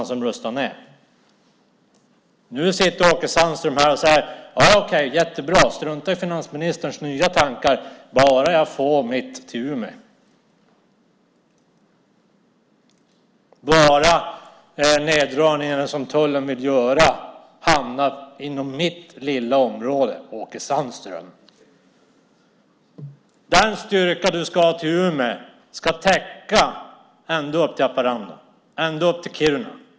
Nu säger Åke Sandström att han tycker att det här är jättebra och att man ska strunta i finansministerns nya tankar bara han får sitt till Umeå, bara om de neddragningar som tullen vill göra hamnar inom hans lilla område. Den styrka Åke Sandström ska ha till Umeå ska täcka upp ända upp till Haparanda och Kiruna.